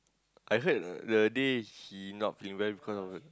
I heard the day he not feeling well because of the